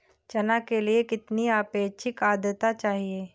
चना के लिए कितनी आपेक्षिक आद्रता चाहिए?